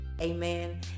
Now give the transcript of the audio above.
Amen